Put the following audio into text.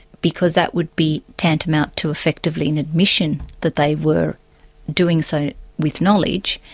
because that would be tantamount to effectively an admission that they were doing so with knowledge,